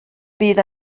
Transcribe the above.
bydd